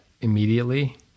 immediately